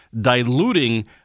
diluting